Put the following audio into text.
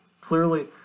clearly